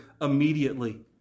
immediately